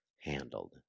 handled